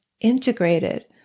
integrated